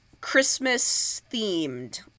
Christmas-themed